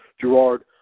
Gerard